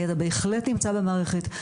הידע בהחלט נמצא המערכת,